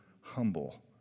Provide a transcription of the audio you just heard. humble